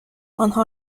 آنها